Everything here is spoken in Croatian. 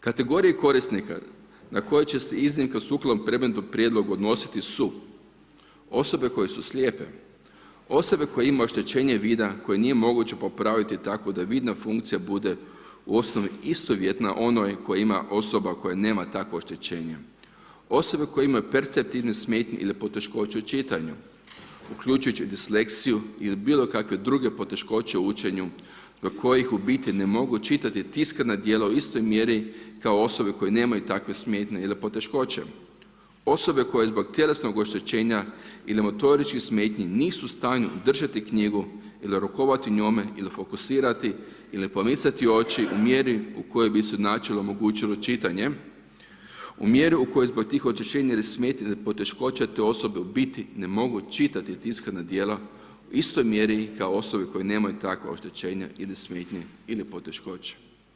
Kategorije korisnika na koje će se iznimke o sukladnom predmetu prijedlog odnositi su: osobe koje su slijepe, osobe koje imaju oštećenje vida koje nije moguće popraviti tako da vidna funkcija bude u osnovi istovjetna onoj koji ima osoba koja nema takvo oštećenje, osobe koje imaju perceptivnih smetnji ili poteškoća u čitanju uključujući disleksiju ili bilo kakve druge poteškoće u učenju zbog kojih u biti ne mogu čitati tiskana djela u istoj mjeri kao osobe koje nemaju takve smetnje ili poteškoće, osobe koje zbog tjelesnog oštećenja ili motoričkih smetnji nisu u stanju držati knjigu ili rukovati njome ili fokusirati ili pomicati oči u mjeri u kojoj bi se načelno omogućilo čitanje, u mjeri u kojoj zbog tih oštećenja ili smetnji ili poteškoća te osobe u biti ne mogu čitati tiskana dijela, u istoj mjeri kao osobe koje nemaju takva oštećenja ili smetnje ili poteškoće.